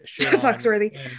Foxworthy